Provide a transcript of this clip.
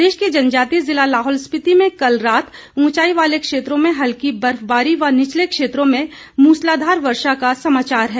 प्रदेश के जनजातीय ज़िला लाहौल स्पिति में कल रात उंचाई वाले क्षेत्रों में हल्की बर्फबारी व निचले क्षेत्रों में मूसलाधार वर्षा का समाचार है